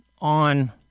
on